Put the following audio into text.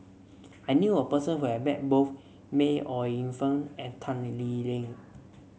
I knew a person who has met both May Ooi Yu Fen and Tan Lee Leng